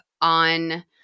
on